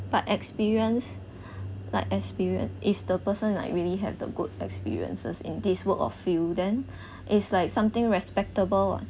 but experience like experience is the person like really have the good experiences in this work of field then it's like something respectable ah